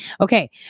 Okay